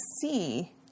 see